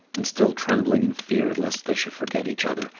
and still trembling in fear lest they should forget each other,